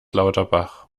lauterbach